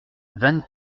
vingt